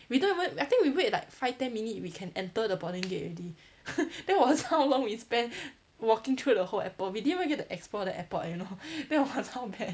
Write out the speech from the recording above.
we don't even I think we wait like five ten minute we can enter the boarding gate already that was how long we spent walking through the whole airport we didn't even get to explore the airport you know that was how bad